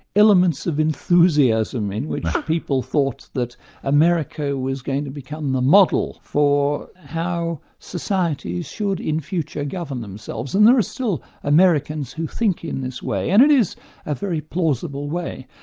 elements of enthusiasm, in which people thought that america was going to become the model for how societies should in future govern themselves. and there are still americans who think in this way, and it is a very plausible way.